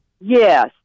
Yes